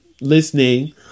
listening